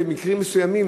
במקרים מסוימים,